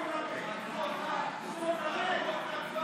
ההצבעה: 44